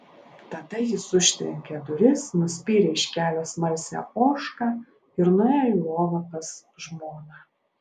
tada jis užtrenkė duris nuspyrė iš kelio smalsią ožką ir nuėjo į lovą pas žmoną